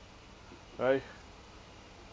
right